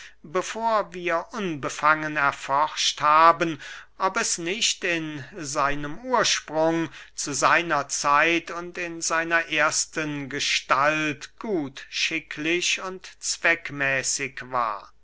bevor wir unbefangen erforscht haben ob es nicht in seinem ursprung zu seiner zeit und in seiner ersten gestalt gut schicklich und zweckmäßig war